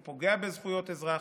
הוא פוגע בזכויות אזרח,